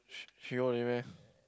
thr~ three only meh